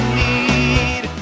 need